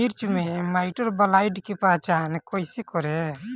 मिर्च मे माईटब्लाइट के पहचान कैसे करे?